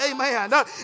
Amen